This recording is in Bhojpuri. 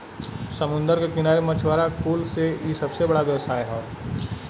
समुंदर के किनारे मछुआरा कुल से इ सबसे बड़ा व्यवसाय हौ